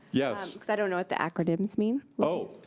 yes. cuz i don't know what the acronyms mean. oh,